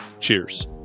cheers